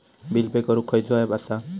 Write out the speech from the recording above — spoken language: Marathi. बिल पे करूक खैचो ऍप असा?